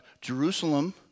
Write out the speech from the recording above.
Jerusalem